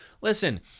listen